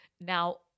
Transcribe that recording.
Now